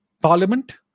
parliament